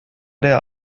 der